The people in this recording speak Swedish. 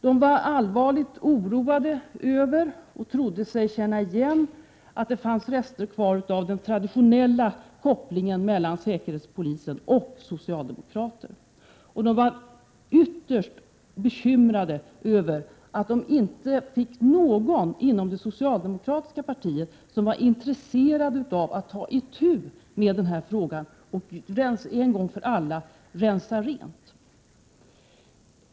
De var allvarligt oroade över och trodde sig känna igen att det fanns rester kvar av den traditionella kopplingen mellan säkerhetspolisen och socialdemokraterna. Och de var ytterst bekymrade över att de inte fann någon inom det socialdemokratiska partiet som var intresserad av att ta itu med frågan och en gång för alla rensa rent.